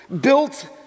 built